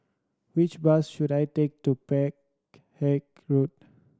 which bus should I take to Peck Hay Road